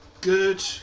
good